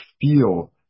feel